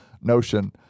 notion